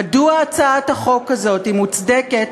מדוע הצעת החוק הזאת מוצדקת,